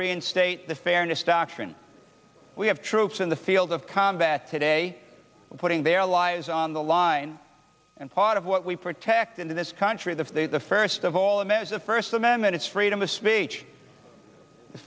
reinstate the fairness doctrine we have troops in the field of combat today putting their lives on the line and part of what we protect into this country that the first of all him as a first amendment is freedom of speech